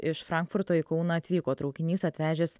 iš frankfurto į kauną atvyko traukinys atvežęs